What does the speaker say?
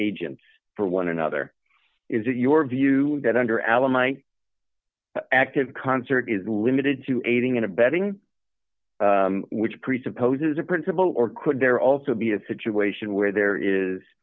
agents for one another is it your view that under alamein active concert is limited to aiding and abetting which presupposes a principle or could there also be a situation where there is